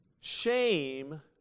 Shame